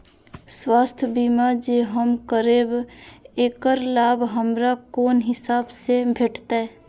स्वास्थ्य बीमा जे हम करेब ऐकर लाभ हमरा कोन हिसाब से भेटतै?